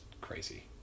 crazy